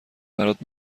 برات